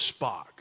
Spock